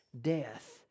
death